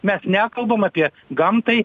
mes nekalbam apie gamtai